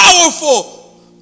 powerful